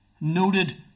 Noted